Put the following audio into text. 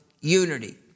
unity